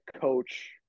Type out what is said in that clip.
coach